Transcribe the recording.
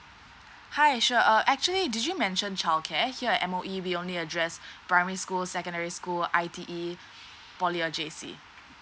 hi sure uh actually did you mention childcare here at M_O_E we only addressed primary school secondary school I_T_E poly~ or J_C